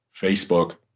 Facebook